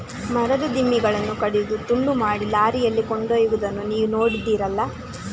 ಮರದ ದಿಮ್ಮಿಗಳನ್ನ ಕಡಿದು ತುಂಡು ಮಾಡಿ ಲಾರಿಯಲ್ಲಿ ಕೊಂಡೋಗುದನ್ನ ನೀವು ನೋಡಿದ್ದೀರಲ್ಲ